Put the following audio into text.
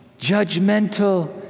judgmental